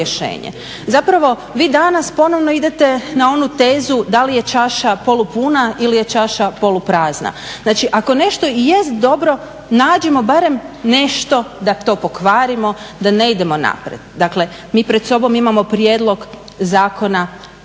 Zapravo vi danas ponovno idete na onu tezu da li je čaša polupuna ili je čaša poluprazna. Znači, ako nešto i jest dobro nađimo barem nešto da to pokvarimo, da ne idemo naprijed. Dakle, mi pred sobom imamo prijedlog zakona